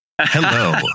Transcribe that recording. Hello